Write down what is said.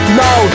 no